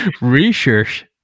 research